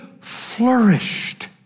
flourished